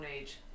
age